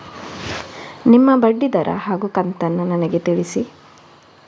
ನಿಮ್ಮ ಬಡ್ಡಿದರ ಹಾಗೂ ಕಂತನ್ನು ನನಗೆ ತಿಳಿಸಿ?